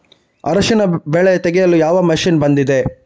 ಅರಿಶಿನ ಬೆಳೆ ತೆಗೆಯಲು ಯಾವ ಮಷೀನ್ ಬಂದಿದೆ?